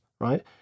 right